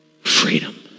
freedom